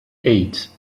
eight